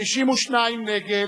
52 נגד.